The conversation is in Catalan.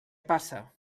passa